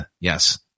yes